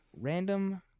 random